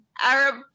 Arab